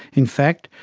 in fact,